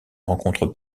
rencontre